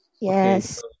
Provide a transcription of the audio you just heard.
Yes